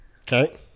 okay